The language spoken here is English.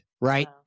right